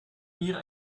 hier